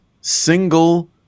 single